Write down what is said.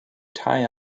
tie